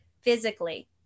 physically